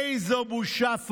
איזו בושה.